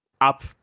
up